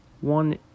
One